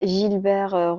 gilbert